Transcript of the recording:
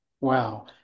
Wow